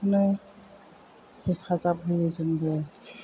खौनो हेफाजाब होयो जोंबो